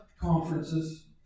conferences